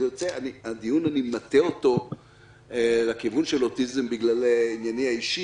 אני מטה את הדיון לכיוון של אוטיזם בגלל ענייני האישי